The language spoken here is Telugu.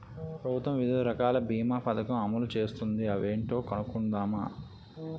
ప్రభుత్వం వివిధ రకాల బీమా పదకం అమలు చేస్తోంది అవేంటో కనుక్కుందామా?